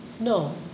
No